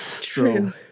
True